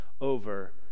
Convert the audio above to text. over